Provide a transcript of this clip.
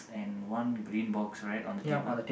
and one green box right on the table